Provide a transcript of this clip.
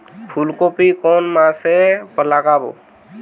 ফুলকপি কোন মাসে লাগাবো?